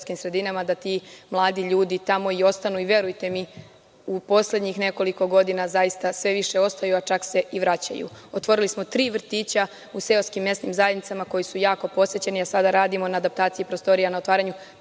da ti mladi ljudi tamo i ostanu. Verujte mi, u poslednjih nekoliko godina, zaista sve više ostaju, čak se i vraćaju. Otvorili smo tri vrtića u seoskim mesnim zajednicama koji su jako posećeni, a sada radimo na adaptaciji prostorija, na otvaranju